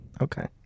Okay